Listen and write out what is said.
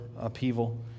upheaval